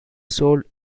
sold